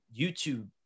YouTube